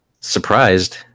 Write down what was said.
surprised